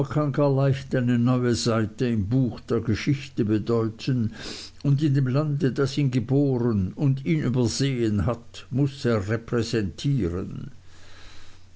im buch der geschichte bedeuten und in dem lande das ihn geboren und ihn übersehen hat muß er repräsentieren